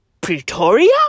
Pretoria